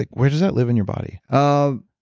like where does that live in your body? um